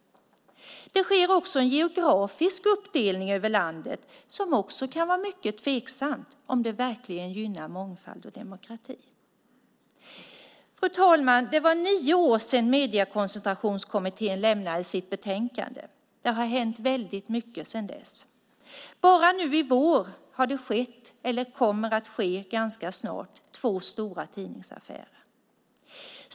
Det sker också en geografisk uppdelning över landet, och det kan vara mycket tveksamt om det verkligen gynnar mångfald och demokrati. Det var nio år sedan Mediekoncentrationskommittén lämnade sitt betänkande. Det har hänt väldigt mycket sedan dess. Bara nu i vår har det skett, eller kommer att ske ganska snart, två stora tidningsaffärer.